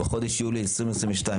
בחודש יולי 2022,